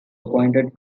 appointed